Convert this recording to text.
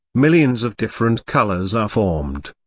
millions of different colors are formed.